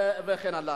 וכן הלאה,